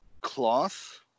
cloth